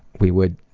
we would